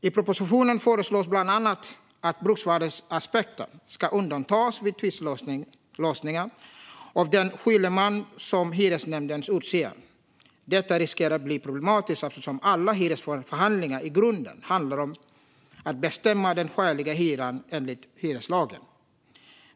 I propositionen föreslås bland annat att bruksvärdesaspekter ska undantas vid tvistlösningar av den skiljeman som hyresnämnden utser. Detta riskerar att bli problematiskt eftersom alla hyresförhandlingar i grunden handlar om att bestämma den skäliga hyran enligt hyreslagen.